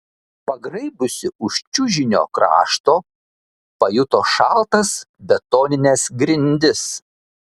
pagraibiusi už čiužinio krašto pajuto šaltas betonines grindis